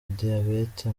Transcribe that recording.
diabete